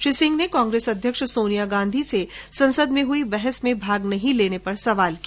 श्री सिंह ने कांग्रेस अध्यक्ष सोनिया गांधी से संसद में हई बहस में भाग नहीं लेने पर सवाल किया